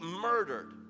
murdered